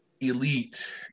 elite